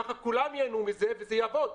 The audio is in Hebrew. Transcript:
כך כולם ייהנו מזה וזה יעבוד,